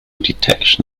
detection